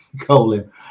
colon